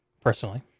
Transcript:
personally